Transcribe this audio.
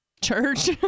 church